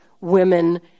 women